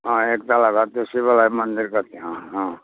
अँ एकतला घर त्यहीँ शिवालय मन्दिरको त्यहाँ अँ